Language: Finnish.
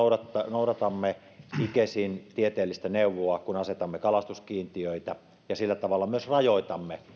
noudatamme icesin tieteellistä neuvoa kun asetamme kalastuskiintiöitä ja sillä tavalla myös rajoitamme